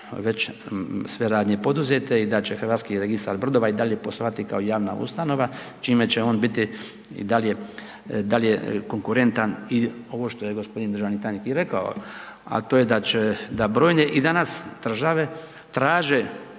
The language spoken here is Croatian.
već sve radnje poduzete i da će HRB i dalje poslovati kao javna ustanova čime će on biti i dalje konkurentan i ovo što je g. državni tajnik i rekao, a to je da brojne i danas države traže